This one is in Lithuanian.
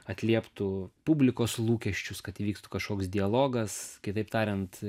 atlieptų publikos lūkesčius kad įvyktų kažkoks dialogas kitaip tariant